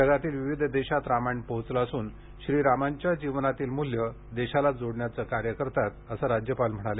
जगातील विविध देशात रामायण पोहचलं असून श्रीरामांच्या जीवनातील मूल्ये देशाला जोडण्याचे कार्य करतात असं राज्यपाल म्हणाले